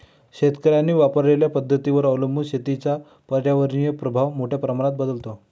शेतकऱ्यांनी वापरलेल्या पद्धतींवर अवलंबून शेतीचा पर्यावरणीय प्रभाव मोठ्या प्रमाणात बदलतो